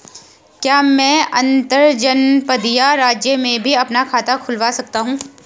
क्या मैं अंतर्जनपदीय राज्य में भी अपना खाता खुलवा सकता हूँ?